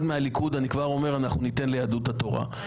ואני כבר אומר שאחד מהליכוד אנחנו ניתן ליהדות התורה.